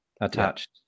attached